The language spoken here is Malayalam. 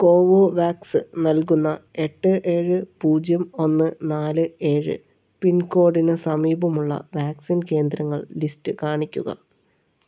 കോവോവാക്സ് നൽകുന്ന എട്ട് ഏഴ് പൂജ്യം ഒന്ന് നാല് ഏഴ് പിൻകോഡിന് സമീപമുള്ള വാക്സിൻ കേന്ദ്രങ്ങൾ ലിസ്റ്റ് കാണിക്കുക